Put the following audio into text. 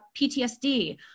PTSD